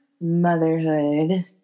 motherhood